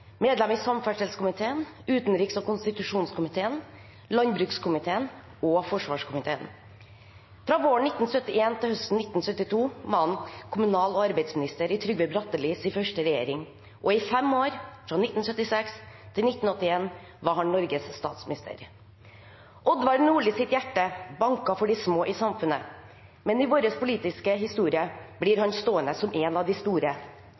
medlem i samferdselskomiteen, utenriks- og konstitusjonskomiteen, landbrukskomiteen og forsvarskomiteen. Fra våren 1971 til høsten 1972 var han kommunal- og arbeidsminister i Trygve Brattelis første regjering, og i fem år – fra 1976 til 1981 – var han Norges statsminister. Odvar Nordlis hjerte banket for de små i samfunnet, men i vår politiske historie blir han stående som en av de store.